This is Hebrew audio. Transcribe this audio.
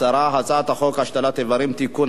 10. הצעת חוק השתלת אברים (תיקון),